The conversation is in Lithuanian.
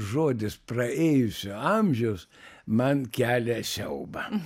žodis praėjusio amžiaus man kelia siaubą